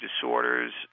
disorders